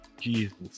jesus